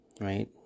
right